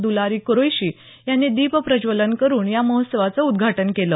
द्लारी कुरैशी यांनी दिप प्रज्वलन करून या महोत्सवाचं उद्घाटन केलं